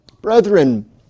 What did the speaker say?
Brethren